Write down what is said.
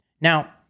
Now